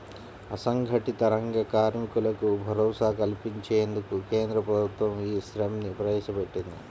అసంఘటిత రంగ కార్మికులకు భరోసా కల్పించేందుకు కేంద్ర ప్రభుత్వం ఈ శ్రమ్ ని ప్రవేశపెట్టింది